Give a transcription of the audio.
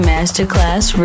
Masterclass